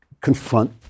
confront